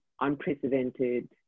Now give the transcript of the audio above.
unprecedented